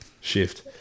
shift